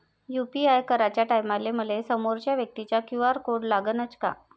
UPI कराच्या टायमाले मले समोरच्या व्यक्तीचा क्यू.आर कोड लागनच का?